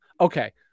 Okay